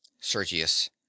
Sergius